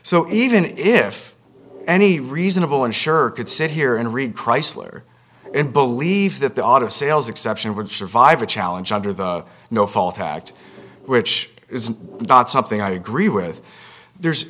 so even if any reasonable insurer could sit here and read chrysler and believe that the auto sales exception would survive a challenge under the no fault act which is not something i agree with there's